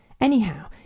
Anyhow